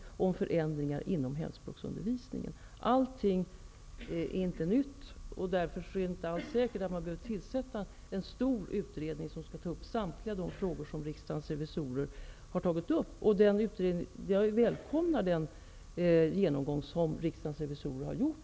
Alla frågor är inte nya, och därför är det inte säkert att man behöver tillsätta en stor utredning som skall ta upp samtliga de frågor som riksdagens revisorer har arbetat med. Jag välkomnar den genomgång av invandrarpolitiken som riksdagens revisorer har gjort.